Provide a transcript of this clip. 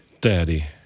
Daddy